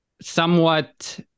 somewhat